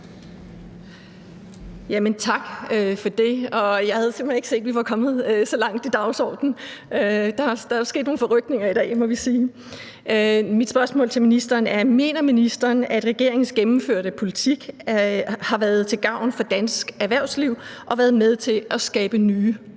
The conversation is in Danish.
Tak for det. Jeg havde simpelt hen ikke set, at vi var kommet så langt i dagsordenen. Der er jo sket nogle forrykninger i dag, må vi sige. Mit spørgsmål til ministeren er: Mener ministeren, at regeringens gennemførte politik har været til gavn for dansk erhvervsliv og været med til at skabe nye